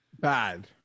Bad